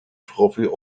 trophy